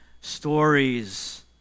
stories